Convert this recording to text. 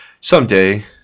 someday